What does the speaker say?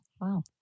Wow